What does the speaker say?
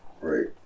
Right